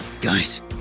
Guys